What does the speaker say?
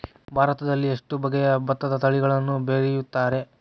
ಭಾರತದಲ್ಲಿ ಎಷ್ಟು ಬಗೆಯ ಭತ್ತದ ತಳಿಗಳನ್ನು ಬೆಳೆಯುತ್ತಾರೆ?